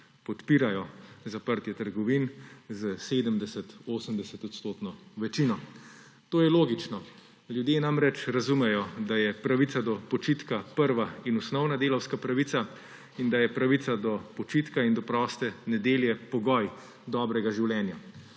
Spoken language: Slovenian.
podpirajo zaprtje trgovin s 70-, 80-odstotno večino. To je logično, ljudje namreč razumejo, da je pravica do počitka prva in osnovna delavska pravica in da je pravica do počitka in do proste nedelje pogoj dobrega življenja.